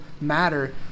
matter